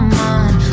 mind